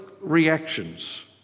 reactions